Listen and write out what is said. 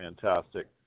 fantastic